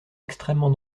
extrêmement